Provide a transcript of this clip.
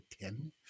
ten